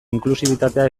inklusibitatea